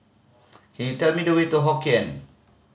cound you tell me the way to Hokien